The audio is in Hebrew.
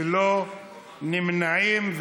ללא נמנעים,